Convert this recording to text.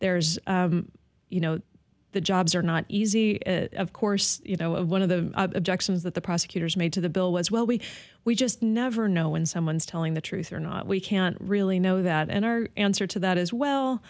there's you know the jobs are not easy of course you know one of the objections that the prosecutors made to the bill was well we we just never know when someone's telling the truth or not we can't really know that and our answer to that is well